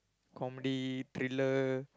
comedy trailer